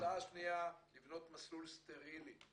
ההצעה השנייה, לבנות מסלול סטרילי.